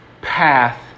path